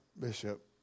Bishop